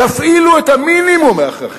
תפעילו את המינימום ההכרחי.